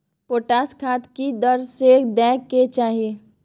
Potash खाद की दर से दै के चाही?